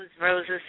roses